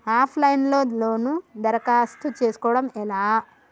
Of line లో లోను దరఖాస్తు చేసుకోవడం ఎలా?